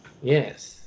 Yes